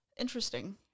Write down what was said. Interesting